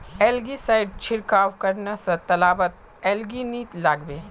algae side छिड़काव करने स तालाबत एलगी नी लागबे